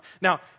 Now